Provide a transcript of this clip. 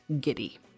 giddy